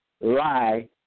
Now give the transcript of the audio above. lie